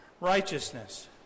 righteousness